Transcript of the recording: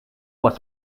was